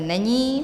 Není.